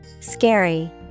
Scary